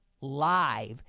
live